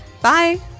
Bye